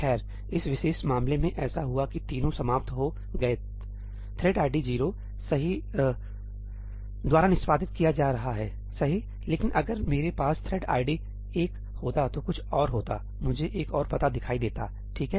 खैर इस विशेष मामले में ऐसा हुआ कि तीनों समाप्त हो गए थ्रेड आईडी 0 सही द्वारा निष्पादित किया जा रहा है सही लेकिन अगर मेरे पास थ्रेड आईडी 1 होता तो कुछ और होता मुझे एक और पता दिखाई देता ठीक है